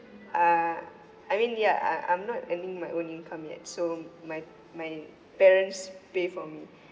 uh I mean yeah I I'm not earning my own income yet so my my parents pay for me